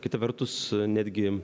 kita vertus netgi